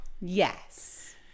Yes